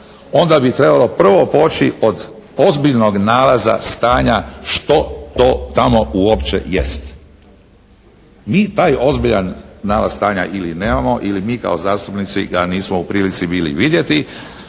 onda bi trebalo prvo poći od ozbiljnog nalaza stanja što to tamo uopće jest. Mi taj ozbiljan nalaz stanja ili nemamo ili mi kao zastupnici ga nismo u prilici bili vidjeti